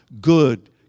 good